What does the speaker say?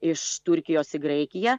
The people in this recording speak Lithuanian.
iš turkijos į graikiją